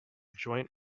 joint